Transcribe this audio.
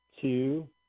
two